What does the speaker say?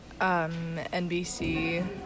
NBC